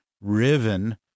riven